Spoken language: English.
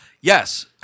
Yes